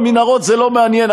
המנהרות זה לא מעניין,